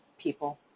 people